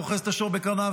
אוחז את השור בקרניו,